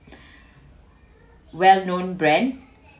well known brand